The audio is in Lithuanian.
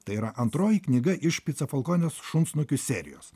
tai yra antroji knyga iš pica falkonės šunsnukių serijos